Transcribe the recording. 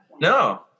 No